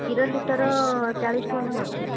କ୍ଷୀର ଲିଟର୍ ଚାଳିଶ ଟଙ୍କା ଖଣ୍ଡେ ଅଛି